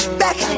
back